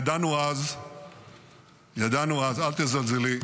ידענו אז ------ אל תזלזלי.